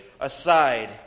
Aside